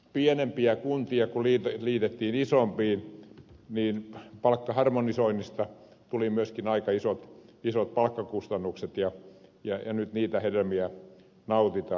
pienempiä kuntia kun liitettiin isompiin niin palkkaharmonisoinnista tuli myöskin aika isot palkkakustannukset ja nyt niitä hedelmiä nautitaan